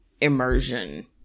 immersion